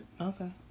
Okay